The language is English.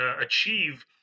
achieve